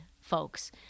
folks